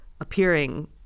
appearing